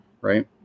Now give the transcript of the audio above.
right